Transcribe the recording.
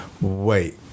wait